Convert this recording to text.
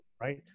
right